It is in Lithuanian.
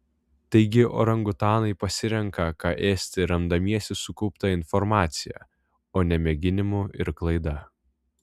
taigi orangutanai pasirenka ką ėsti remdamiesi sukaupta informacija o ne mėginimu ir klaida